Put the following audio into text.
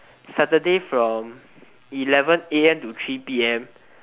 saturday from eleven a_m to three p_m